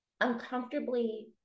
uncomfortably